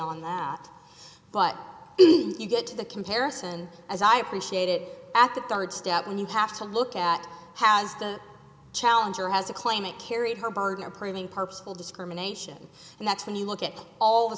beyond that but you get to the comparison as i appreciate it at the third step and you have to look at how as the challenger has a claim it carried her burden of proving purposeful discrimination and that's when you look at all the